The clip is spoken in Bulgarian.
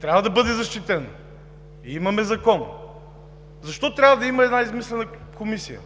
трябва да бъде защитен – имаме закон. Защо трябва да има една измислена комисия?